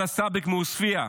עלאא סאבק מעוספיא,